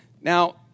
Now